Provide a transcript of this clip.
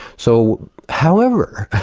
so however,